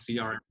CR